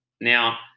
Now